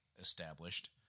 established